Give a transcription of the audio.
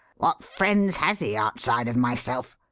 what friends has he outside of myself?